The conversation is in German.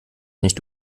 nicht